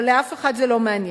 אבל את אף אחד זה לא מעניין.